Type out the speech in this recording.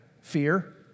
Fear